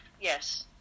Yes